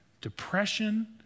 depression